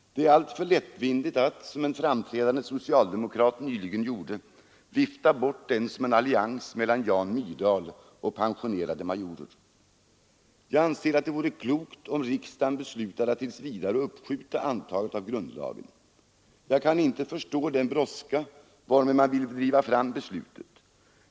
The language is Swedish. Det är alltför lättvindigt att, som en framträdande socialdemokrat nyligen gjorde, vifta bort den som en allians mellan Jan Myrdal och pensionerade majorer. Jag anser att det vore klokt om riksdagen beslutade att tills vidare uppskjuta antagandet av grundlagen. Jag kan inte förstå den brådska varmed en del vill driva fram beslutet.